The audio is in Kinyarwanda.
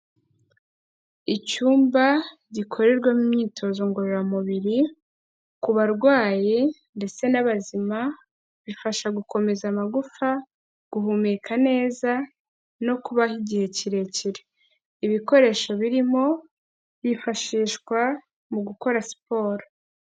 Icyumba gikorerwamo imyitozo ngororamubiri ku barwayi ndetse n'abazima, bifasha gukomeza amagufa, guhumeka neza, no kubaho igihe kirekire, ibikoresho birimo byifashishwa mu gukora siporo.